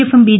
എഫും ബി